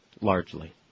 largely